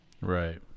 right